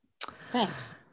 Thanks